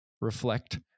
reflect